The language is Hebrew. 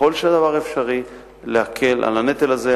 ככל שהדבר אפשרי, להקל את הנטל הזה.